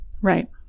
right